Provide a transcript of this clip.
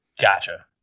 Gotcha